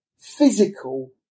physical